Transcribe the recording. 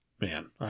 man